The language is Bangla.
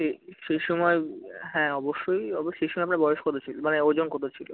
কি সেই সময় হ্যাঁ অবশ্যই অবে সেই সমায় আপনার বয়স কতো ছিলো মানে ওজন কতো ছিলো